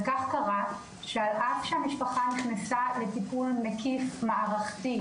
וכך קרה שעל אף שהמשפחה נכנסה לטיפול מקיף מערכתי,